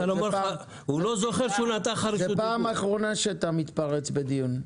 זאת פעם אחרונה שאתה מתפרץ בדיון.